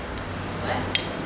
but